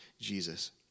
Jesus